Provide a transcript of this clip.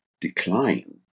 decline